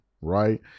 right